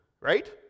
right